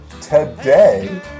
today